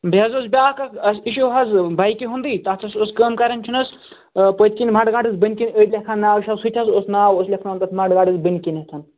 بیٚیہِ حظ اوس بیٛاکھ اَکھ اَسہِ اِشوٗ حظ بیکہِ ہُنٛدٕے تَتھ حظ ٲس کٲم کَرٕنۍ چھُنَہ حظ پٲتِکِنۍ مڈگَڈس بٔنکِنۍ أڑۍ لٮ۪کھن ناو شاو سُہ تہِ حظ اوس ناو اوس لٮ۪کھناوُن تَتھ مڈٕ گڈس بٔنکِنٮ۪تھ